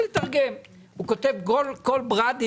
של אתר כל זכות.